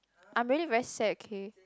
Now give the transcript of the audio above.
I'm really very sad okay